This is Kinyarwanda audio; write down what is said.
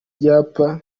byapa